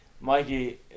Mikey